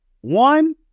One